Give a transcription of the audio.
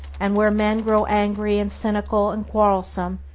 and where men grow angry and cynical and quarrelsome,